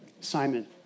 Simon